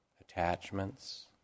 attachments